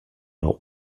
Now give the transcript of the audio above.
not